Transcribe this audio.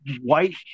white